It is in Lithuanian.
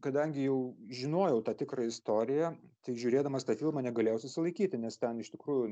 kadangi jau žinojau tą tikrą istoriją tai žiūrėdamas tą filmą negalėjau susilaikyti nes ten iš tikrųjų